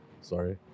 sorry